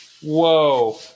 Whoa